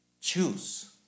Choose